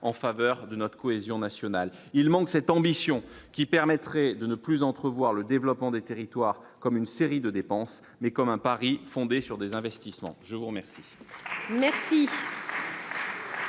en faveur de notre cohésion nationale, il manque cette ambition qui permettrait de ne plus entrevoir le développement des territoires comme une série de dépenses, mais comme un Paris fondée sur des investissements je vous remercie.